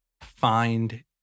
find